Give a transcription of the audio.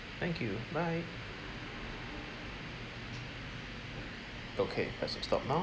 thank you bye okay press the stop now